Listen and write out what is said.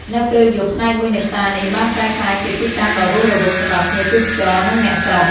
នៅពេលយប់ ផ្នែកមួយនៃផ្សារនេះបានប្រែក្លាយជាទីតាំងដ៏រស់រវើកសម្រាប់ភ្ញៀវទេសចរ និងអ្នកស្រុក។